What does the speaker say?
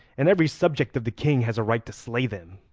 and every subject of the king has a right to slay them.